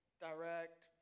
direct